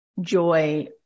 joy